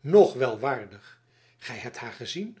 nog wel waardig gij hebt haar dan gezien